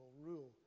rule